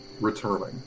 returning